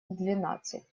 двенадцать